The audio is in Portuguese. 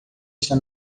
está